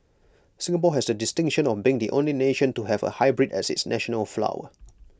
Singapore has the distinction of being the only nation to have A hybrid as its national flower